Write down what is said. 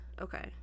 okay